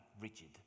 rigid